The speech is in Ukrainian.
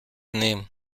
ним